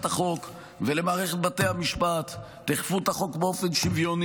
החוק ולמערכת בתי המשפט: תאכפו את החוק באופן שווה.